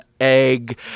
egg